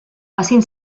facin